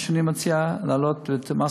מה שאני מציע, להעלות את מס